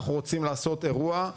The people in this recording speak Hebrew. אנחנו רוצים לעשות אירוע,